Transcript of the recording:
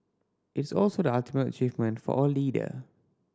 it's also the ultimate achievement for a leader